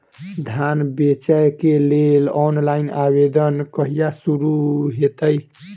धान बेचै केँ लेल ऑनलाइन आवेदन कहिया शुरू हेतइ?